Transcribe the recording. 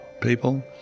people